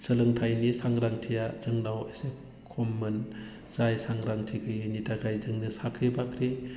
सोलोंथाइनि सांग्रांथिया जोंनाव एसे खममोन जाय सांग्रांथि गैयैनि थाखाय जोंनो साख्रि बाख्रि